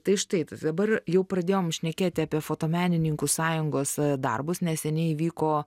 tai štai dabar jau pradėjom šnekėti apie fotomenininkų sąjungos darbus neseniai įvyko